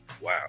Wow